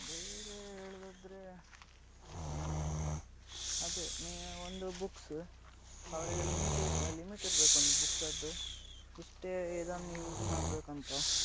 ಬೇರೆ ಹೇಳುವುದಾದ್ರೆ ಅದೇ ಮೇ ಒಂದು ಬುಕ್ಸ ಅವರಿಗೆ ಲಿಮಿಟೇ ಇರೊ ಲಿಮಿಟ್ ಇರಬೇಕು ಒಂದು ಬುಕ್ಸದ್ದು ಇಷ್ಟೇ ಇದನ್ನ ಯೂಸ್ ಮಾಡಬೇಕಂತ